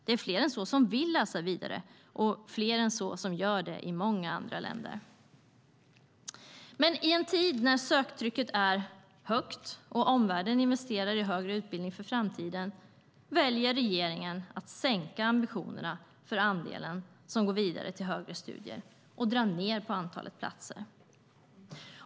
Det är fler än så som vill läsa vidare och fler än så som gör det i många andra länder. Men i en tid när söktrycket är högt och omvärlden investerar i högre utbildning för framtiden väljer regeringen att sänka ambitionerna när det gäller den andel som går vidare till högre studier och dra ned på antalet platser.